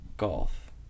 golf